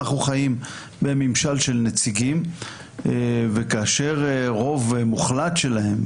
אנחנו חיים בממשל של נציגים וכאשר רוב מוחלט שלהם,